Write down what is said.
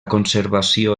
conservació